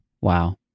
Wow